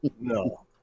No